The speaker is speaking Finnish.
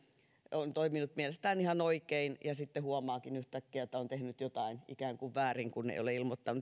on toiminut mielestään ihan oikein ja sitten huomaakin yhtäkkiä että on tehnyt jotain ikään kuin väärin kun ei ole ilmoittanut